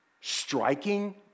striking